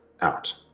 out